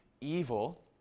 evil